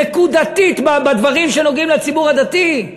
נקודתית בדברים שנוגעים לציבור הדתי.